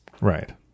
Right